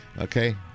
Okay